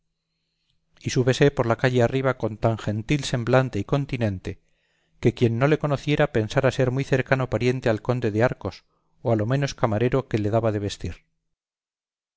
y súbese por la calle arriba con tan gentil semblante y continente que quien no le conociera pensara ser muy cercano pariente al conde de arcos o a lo menos camarero que le daba de vestir